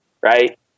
right